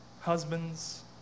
husbands